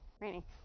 Rainy